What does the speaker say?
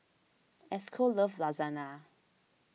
Esco loves Lasagna